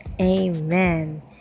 Amen